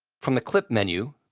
from the clip menu,